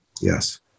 Yes